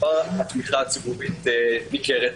והתמיכה הציבורית ניכרת.